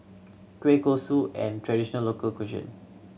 kueh kosui an traditional local cuisine